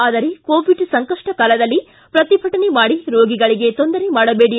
ಆದರೆ ಕೋವಿಡ್ ಸಂಕಷ್ಷ ಕಾಲದಲ್ಲಿ ಪ್ರತಿಭಟನೆ ಮಾಡಿ ರೋಗಿಗಳಿಗೆ ತೊಂದರೆ ಮಾಡಬೇಡಿ